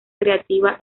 creativa